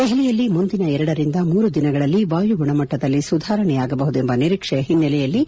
ದೆಹಲಿಯಲ್ಲಿ ಮುಂದಿನ ಎರಡರಿಂದ ಮೂರು ದಿನಗಳಲ್ಲಿ ವಾಯು ಗುಣಮಟ್ಟದಲ್ಲಿ ಸುಧಾರಣೆಯಾಗಬಹುದೆಂಬ ನಿರೀಕ್ಷೆಯ ಹಿನ್ನೆಲೆಯಳ್ಲಿ